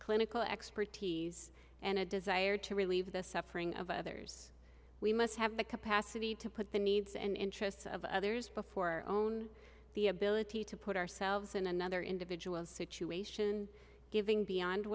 clinical expertise and a desire to relieve the suffering of others we must have the capacity to put the needs and interests of others before own the ability to put ourselves in another individual situation giving beyond